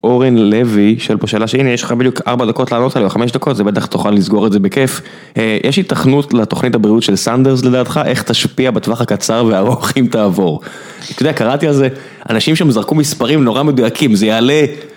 אורן לוי, שואל פה שאלה שהנה, יש לך בדיוק 4 דקות לענות עליה, או 5 דקות, זה בטח תוכל לסגור את זה בכיף. יש היתכנות לתוכנית הבריאות של סנדרס, לדעתך? איך תשפיע בטווח הקצר והארוך אם תעבור. אתה יודע, קראתי על זה, אנשים שם זרקו מספרים נורא מדויקים, זה יעלה...